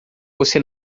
você